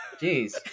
Jeez